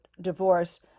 divorce